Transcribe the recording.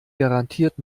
garantiert